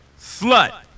slut